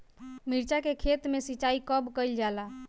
मिर्चा के खेत में सिचाई कब कइल जाला?